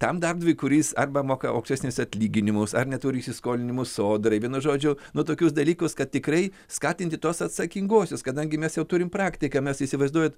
tam darbdaviui kuris arba moka aukštesnius atlyginimus ar neturi įsiskolinimų sodrai vienu žodžiu nuo tokius dalykus kad tikrai skatinti tuos atsakinguosius kadangi mes jau turim praktiką mes įsivaizduojat